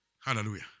Hallelujah